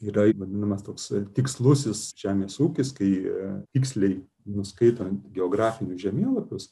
yra vadinamas toks pat tikslusis žemės ūkis kai tiksliai nuskaitant geografinius žemėlapius